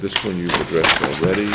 this when you're ready